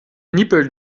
nippel